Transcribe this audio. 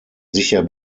sicher